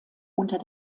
unter